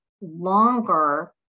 longer